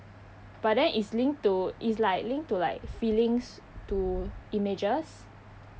but then it's linked to it's like linked to like feelings to images